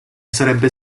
sarebbe